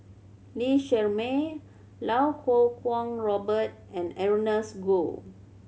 Lee Shermay Lau Kuo Kwong Robert and Ernest Goh